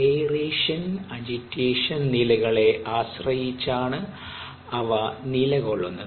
aeration agitation നിലകളെ ആശ്രയിച്ചാണ് അവ നില കൊള്ളുന്നത്